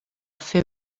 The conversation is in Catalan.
fer